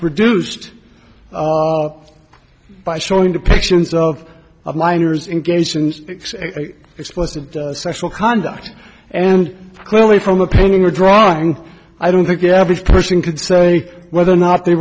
produced by showing depictions of minors in case and explicit sexual conduct and clearly from a painting or drawing i don't think the average person could say whether or not they